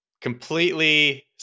completely